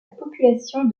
population